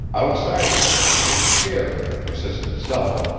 outsiders had become scared at the persistent selling,